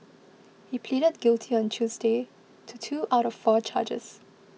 he pleaded guilty on Tuesday to two out of four charges